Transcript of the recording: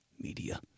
Media